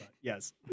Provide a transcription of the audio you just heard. Yes